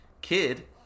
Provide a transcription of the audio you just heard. Kid